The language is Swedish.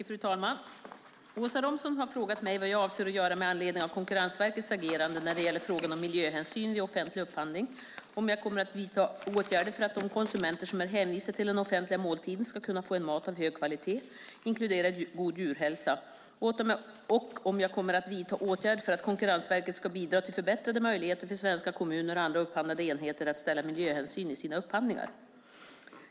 Fru talman! Åsa Romson har frågat mig vad jag avser att göra med anledning av Konkurrensverkets agerande när det gäller frågan om miljöhänsyn vid offentlig upphandling, om jag kommer att vidta åtgärder för att de konsumenter som är hänvisade till den offentliga måltiden ska kunna få en mat av hög kvalitet, inkluderat god djurhälsa, och om jag kommer att vidta åtgärder för att Konkurrensverket ska bidra till förbättrade möjligheter för svenska kommuner och andra upphandlande enheter att ställa miljöhänsyn i sina upphandlingar.